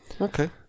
Okay